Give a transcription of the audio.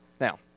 Now